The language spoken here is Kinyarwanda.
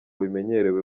bimenyerewe